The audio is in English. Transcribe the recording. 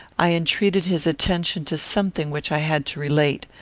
i entreated his attention to something which i had to relate.